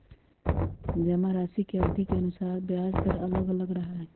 जमाराशि के अवधि के अनुसार ब्याज दर अलग अलग रहा हई